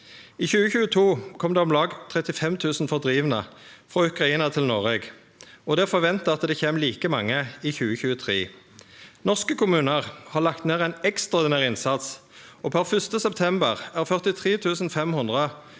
I 2022 kom det om lag 35 000 fordrivne frå Ukraina til Noreg, og det er forventa at det kjem like mange i 2023. Norske kommunar har lagt ned ein ekstraordinær innsats, og per 1. september er 43 500